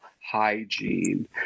hygiene